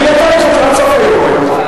אני נתתי לך תשובה, עד סוף היום היום.